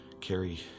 carry